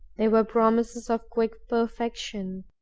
they were promises of quick perfection.